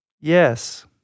Yes